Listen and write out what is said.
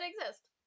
exist